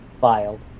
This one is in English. filed